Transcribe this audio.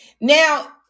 Now